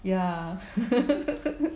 ya